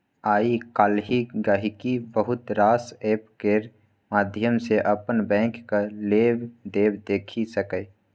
आइ काल्हि गांहिकी बहुत रास एप्प केर माध्यम सँ अपन बैंकक लेबदेब देखि सकैए